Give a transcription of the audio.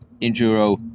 enduro